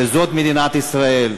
וזאת מדינת ישראל.